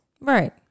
Right